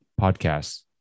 podcasts